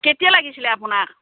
কেতিয়া লাগিছিলে আপোনাক